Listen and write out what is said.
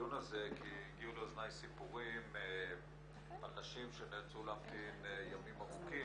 הדיון הזה כי הגיעו לאוזניי סיפורים על נשים שנאלצו להמתין ימים ארוכים,